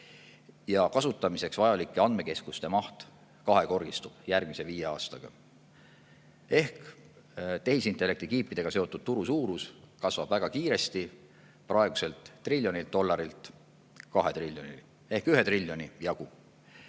ja kasutamiseks vajalike andmekeskuste maht kahekordistub järgmise viie aastaga. Ehk tehisintellekti kiipidega seotud turu suurus kasvab väga kiiresti, praeguselt triljonilt dollarilt 2 triljonini, ehk 1 triljoni jagu.